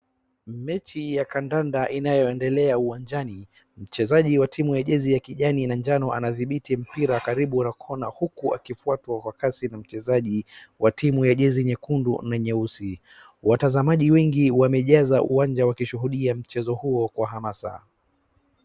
Mechi ya kandanda inayoendelea uwanajani. Mchezaji wa timu ya jezi ya kijani na jano anadhibiti mpira karibu na kona huku akifuatwa kwa kasi na mchezaji wa timu ya jezi nyekundu na nyeusi. Watazamaji wengi wamejaza uwanja wakishuhudia mchezo huo kwa hamasa.